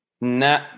no